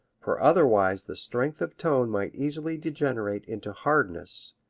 for otherwise the strength of tone might easily degenerate into hardness,